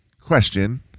question